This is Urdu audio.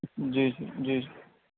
جی جی